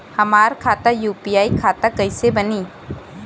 हमार खाता यू.पी.आई खाता कइसे बनी?